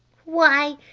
why,